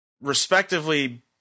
respectively